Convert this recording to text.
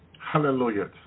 Hallelujah